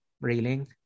railing